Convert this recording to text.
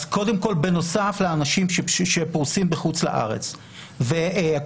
אז קודם כל בנוסף לאנשים שפרוסים בחוץ לארץ והקונסולים,